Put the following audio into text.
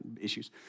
issues